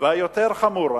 והיותר חמור,